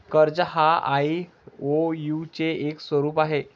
कर्ज हा आई.ओ.यु चे एक स्वरूप आहे